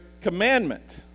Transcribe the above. commandment